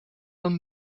een